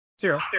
Zero